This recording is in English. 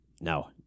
No